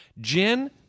Jen